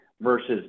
versus